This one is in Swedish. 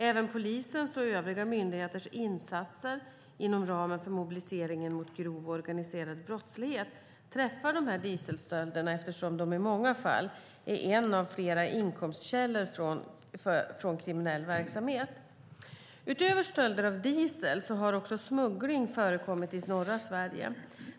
Även polisens och övriga myndigheters insatser inom ramen för mobiliseringen mot grov organiserad brottslighet träffar dieselstölderna eftersom de i många fall är en av flera inkomstkällor från kriminell verksamhet. Utöver stölder av diesel har också smuggling förekommit i norra Sverige.